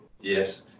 Yes